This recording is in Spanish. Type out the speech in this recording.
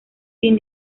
sin